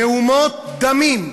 מהומות דמים,